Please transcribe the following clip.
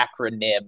acronym